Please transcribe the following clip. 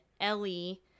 Ellie